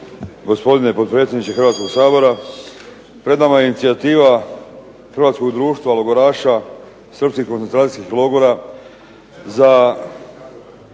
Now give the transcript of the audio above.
Gospodine potpredsjedniče Hrvatskog sabora. Pred nama je inicijativa Hrvatskog društva logoraša srpskih koncentracijskih logora sa